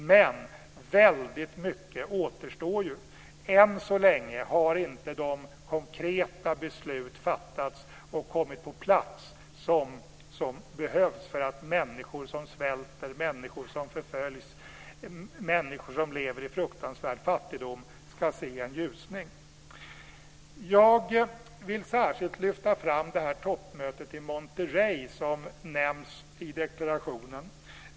Men väldigt mycket återstår ju. Än så länge har inte de konkreta beslut fattats som behövs för att människor som svälter, förföljs och lever i fruktansvärd fattigdom ska se en ljusning. Jag vill särskilt lyfta fram toppmötet i Monterrey som nämns i deklarationen.